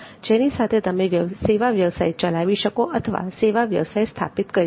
જેની સાથે તમે સેવા વ્યવસાય ચલાવી શકો અથવા સેવા વ્યવસાય સ્થાપિત કરી શકો